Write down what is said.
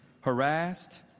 harassed